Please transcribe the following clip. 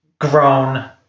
grown